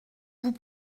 vous